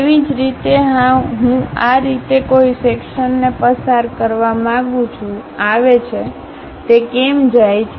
તેવી જ રીતે હું આ રીતે કોઈ સેક્શન્ને પસાર કરવા માંગુ છું આવે છે તે કેમ જાય છે